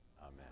Amen